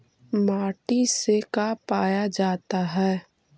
माटी से का पाया जाता है?